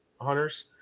Hunters